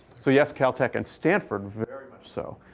so yes, caltech and stanford, very much so.